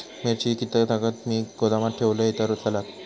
मिरची कीततागत मी गोदामात ठेवलंय तर चालात?